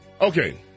Okay